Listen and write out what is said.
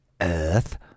earth